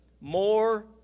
more